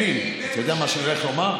אלי, אתה יודע מה שאני הולך לומר?